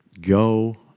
Go